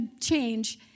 change